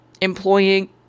employing